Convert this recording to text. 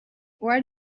what